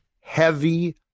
Heavy